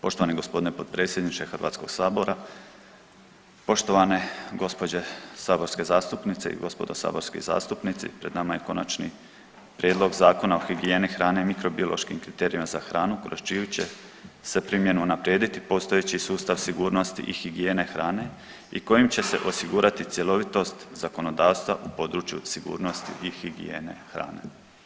Poštovani gospodine potpredsjedniče Hrvatskog sabora, poštovane gospođe saborske zastupnice i gospodo saborski zastupnici pred nama je Konačni prijedlog Zakona o higijeni hrane i mikrobiološkim kriterijima za hranu kroz čiju će se primjenu unaprijediti postojeći sustav sigurnosti i higijene hrane i kojim će se osigurati cjelovitost zakonodavstva u području sigurnosti i higijene hrane.